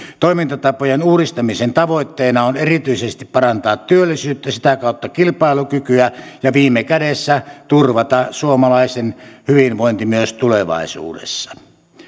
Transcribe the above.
toimintatapojen uudistamisen tavoitteena on erityisesti parantaa työllisyyttä sitä kautta kilpailukykyä ja viime kädessä turvata suomalaisen hyvinvointi myös tulevaisuudessa